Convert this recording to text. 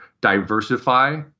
diversify